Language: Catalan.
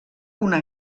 una